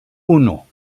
uno